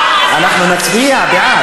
אנחנו נצביע בעד.